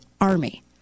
Army